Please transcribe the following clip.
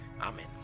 Amen